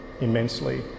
immensely